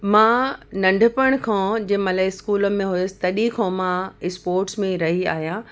मां नंढपण खां जंहिं महिल स्कूल में हुअसि तॾहिं खां मां स्पोट्स में रही आहियां